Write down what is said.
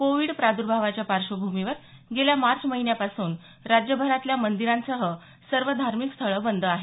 Covid प्रादुर्भावाच्या पार्श्वभूमीवर गेल्या मार्च महिन्यापासून राज्यभरातल्या मंदिरांसह सर्व धार्मिक स्थळं बंद आहेत